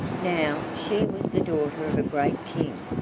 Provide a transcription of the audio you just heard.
now, she was the daughter of a great king,